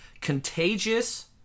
contagious